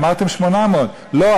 אמרתם 800. לא,